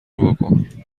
بـکـن